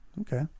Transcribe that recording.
okay